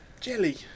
Jelly